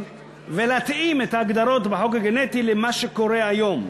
ולהתאים את ההגדרות בחוק למה שקורה היום.